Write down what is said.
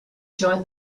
join